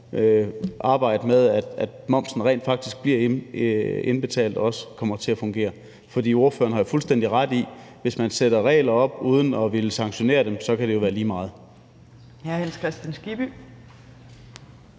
arbejde med, at momsen rent faktisk bliver indbetalt, også kommer til at fungere. For ordføreren har jo fuldstændig ret i, at hvis man sætter regler op uden at ville sanktionere dem, så kan det være lige meget.